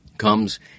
Comes